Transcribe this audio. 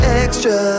extra